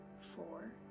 four